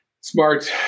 smart